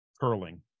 curling